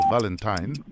Valentine